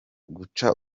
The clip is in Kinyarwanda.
guca